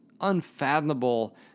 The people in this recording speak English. unfathomable